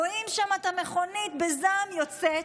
רואים שם את המכונית בזעם יוצאת.